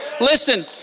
Listen